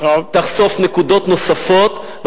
תחשוף נקודות נוספות.